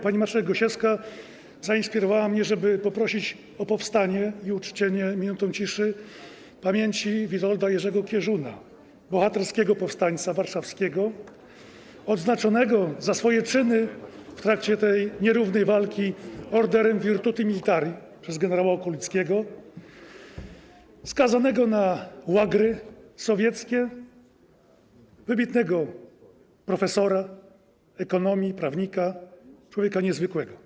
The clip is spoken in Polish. Pani marszałek Gosiewska zainspirowała mnie, żeby poprosić o powstanie i uczczenie minutą ciszy pamięci Witolda Jerzego Kieżuna, bohaterskiego powstańca warszawskiego odznaczonego za swoje czyny w trakcie tej nierównej walki Orderem Virtuti Militari przez gen. Okulickiego, skazanego na łagry sowieckie, wybitnego profesora ekonomii, prawnika, człowieka niezwykłego.